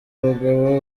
abagabo